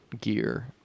gear